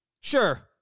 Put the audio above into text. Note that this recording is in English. Sure